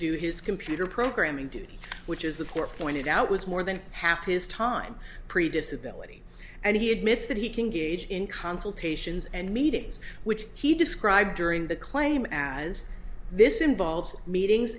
do his computer programming duty which is the core pointed out was more than half his time pretty disability and he admits that he can gauge in consultations and meetings which he described during the claim as this involves meetings